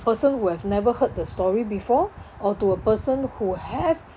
person who have never heard the story before or to a person who have